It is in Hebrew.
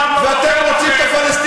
הפוסט-ציוני.